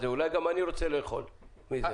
אולי גם אני רוצה לאכול מזה.